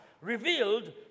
revealed